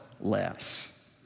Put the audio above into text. less